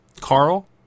Carl